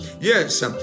Yes